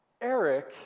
Eric